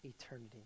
eternity